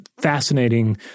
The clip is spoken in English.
fascinating